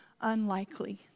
unlikely